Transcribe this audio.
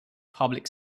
public